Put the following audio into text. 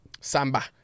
Samba